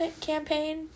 campaign